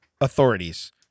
authorities